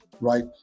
right